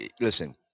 Listen